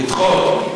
לדחות.